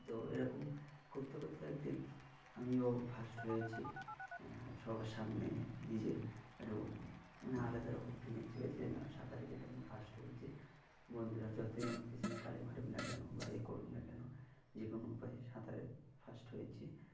তো এরকম করতে করতে একদিন আমিও ফার্স্ট হয়েছি সবার সামনে নিজে একটু মানে আলাদা রকম ফিলিংস হয়েছে না সাঁতারে কেটে আমি ফার্স্ট হয়েছি বন্ধুরা যতই আমার পিছনে কালে মারুক না কেন বা ইয়ে করুক না কেন যে কোনো উপায়ে সাঁতারে ফার্স্ট হয়েছি